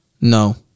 No